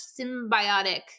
symbiotic